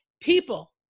people